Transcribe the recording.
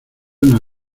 una